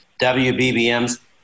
WBBMs